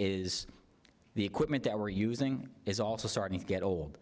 is the equipment that we're using is also starting to get old